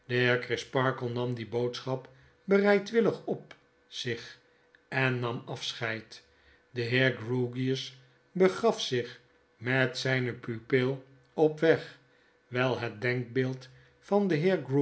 crisparkle nam die boodschap bereidwillig op zich en nam afscheid de heer grewgious begaf zich met zyne pupil op weg wyl het denkbeeld van den